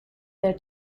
their